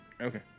Okay